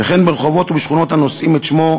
וכן ברחובות ובשכונות הנושאים את שמו,